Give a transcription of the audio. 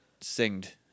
singed